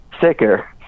sicker